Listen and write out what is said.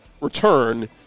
return